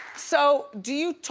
so, do you,